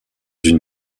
une